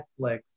Netflix